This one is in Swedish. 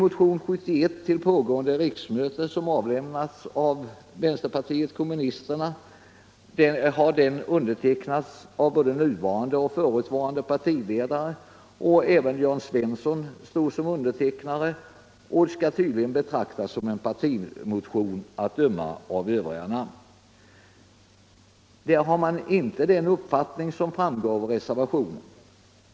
Motion 71 som väckts av ledamöter av vänsterpartiet kommunisterna till pågående riksmöte har undertecknats av både nuvarande och förutvarande partiledare och av Jörn Svensson; den skall tydligen betraktas som en partimotion, att döma också av övriga namn. I denna motion framförs inte den uppfattning som hävdas i reservationen.